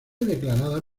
declarada